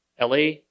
LA